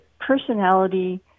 personality